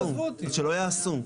כבוד היושב ראש,